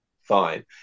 Fine